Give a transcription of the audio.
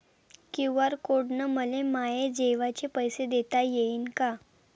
QR code न मले माये जेवाचे पैसे देता येईन का?